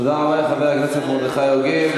תודה רבה לחבר הכנסת מרדכי יוגב.